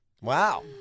Wow